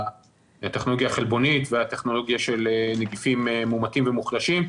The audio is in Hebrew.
הטכנולוגיה החלבונית והטכנולוגיה של נגיפים מומתים ומוחלשים,